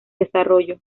desarrollo